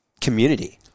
community